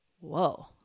whoa